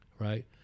right